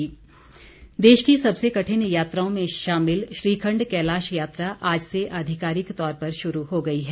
श्रीखंड यात्रा देश की सबसे कठिन यात्राओं में शामिल श्रीखंड कैलाश यात्रा आज से अधिकारिक तौर पर शुरू हो गई है